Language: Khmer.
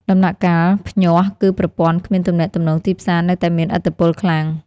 ដំណាក់កាល "ភ្ញាស់"គឺ ប្រព័ន្ធគ្មានទំនាក់ទំនងទីផ្សារនៅតែមានឥទ្ធិពលខ្លាំង។